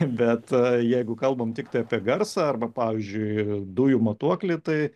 bet jeigu kalbam tiktai apie garsą arba pavyzdžiui dujų matuoklį tai